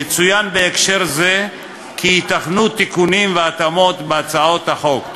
יצוין בהקשר זה כי ייתכנו תיקונים והתאמות בהצעות החוק.